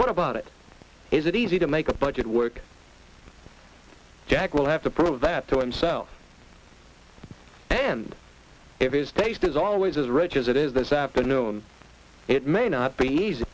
what about it is it easy to make a budget work jack will have to prove that to himself and every state is always as rich as it is this afternoon it may not be easy